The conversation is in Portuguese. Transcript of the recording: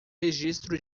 registro